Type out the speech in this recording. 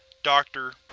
dr.